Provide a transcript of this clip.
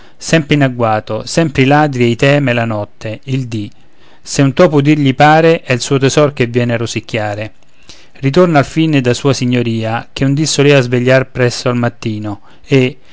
sempre in agguato sempre i ladri ei teme la notte il dì se un topo udir gli pare è il suo tesor che viene a rosicchiare ritorna alfine da sua signoria che un dì solea svegliar presso al mattino e